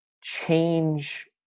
change